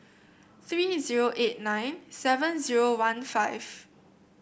three zero eight nine seven zero one five